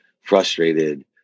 frustrated